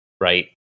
Right